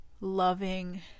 loving